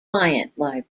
library